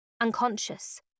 unconscious